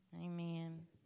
Amen